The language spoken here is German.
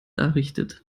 errichtet